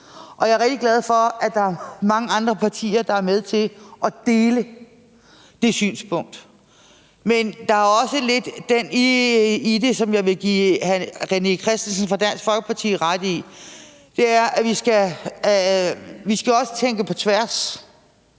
Og jeg er rigtig glad for, at der er mange andre partier, der er med til at dele det synspunkt. Men der ligger også lidt det i det, som jeg vil give hr. René Christensen fra Dansk Folkeparti ret i, og det er, at vi jo også skal tænke på tværs.